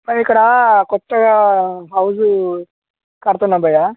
ఇక్కడ కొత్తగా హౌసు కడుతున్నాను భయ్యా